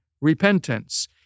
repentance